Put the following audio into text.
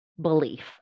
belief